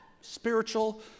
Spiritual